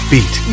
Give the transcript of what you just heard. Beat